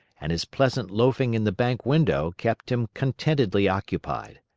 and his pleasant loafing in the bank window kept him contentedly occupied.